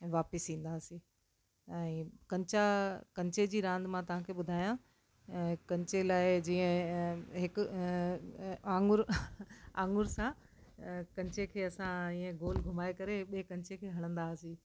वापिस ईंदा हुआसीं ऐं कंचा कंचे जी रांदि मां तव्हांखे ॿुधायां कंचे लाइ जीअं हिकु आंगुरु आंगुर सां कंचे खे असां ईअं गोल घुमाए करे ॿिए कंचे खे हणंदा हुआसीं